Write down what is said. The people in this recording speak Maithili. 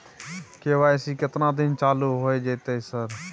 के.वाई.सी केतना दिन चालू होय जेतै है सर?